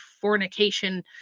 fornication